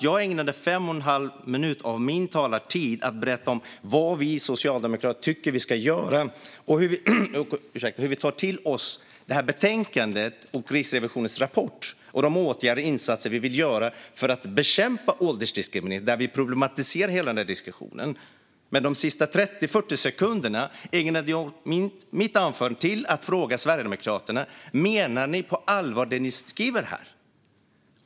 Jag ägnade fem och en halv minut av min talartid åt berätta om vad vi socialdemokrater tycker vi ska göra, om hur vi tar till oss det här betänkandet och Riksrevisionens rapport och om de åtgärder och insatser vi vill göra för att bekämpa åldersdiskriminering, och jag problematiserade hela den här diskussionen. De sista 30-40 sekunderna av mitt anförande ägnade jag åt att fråga Sverigedemokraterna: Menar ni på allvar det som ni skriver här?